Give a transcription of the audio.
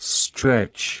stretch